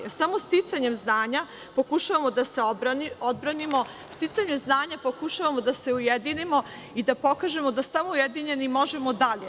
Jer, samo sticanjem znanja pokušavamo da se odbranimo, sticanjem znanja pokušavamo da se ujedinimo i da pokažemo da samo ujedinjeni možemo dalje.